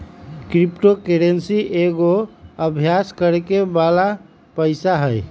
crypto currency एगो अभास करेके बला पइसा हइ